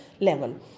level